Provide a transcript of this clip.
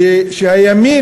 והימין,